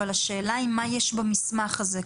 אבל השאלה היא מה יש במסמך הזה,